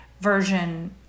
version